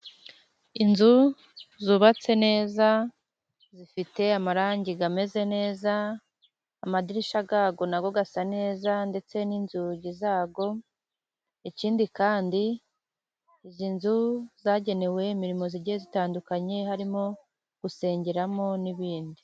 Inzu zubatse neza zifite amarangi ameze neza. amadirishya yayo nayo asa neza ndetse n'inzugi zayo. Ikindi kandi izi nzu zagenewe imirimo igiye itandukanye harimo gusengeramo n'ibindi.